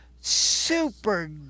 Super